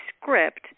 script